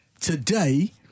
today